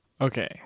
Okay